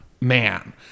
man